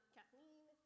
Kathleen